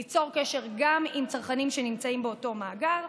ליצור קשר גם עם צרכנים שנמצאים באותו מאגר.